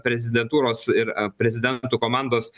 prezidentūros ir prezidentų komandos